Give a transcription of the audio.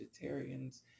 Vegetarians